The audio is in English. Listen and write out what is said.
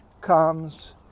comes